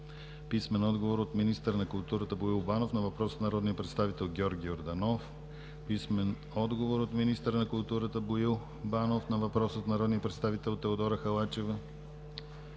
Анастасова; - министъра на културата Боил Банов на въпрос от народния представител Георги Йорданов; - министъра на културата Боил Банов на въпрос от народния представител Теодора Халачева;